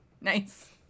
Nice